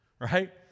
right